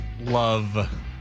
Love